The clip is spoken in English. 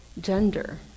Gender